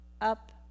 up